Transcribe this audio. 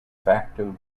facto